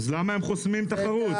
אז למה הם חוסמים תחרות?